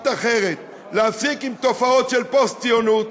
אחרת: להפסיק עם תופעות של פוסט-ציונות,